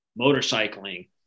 motorcycling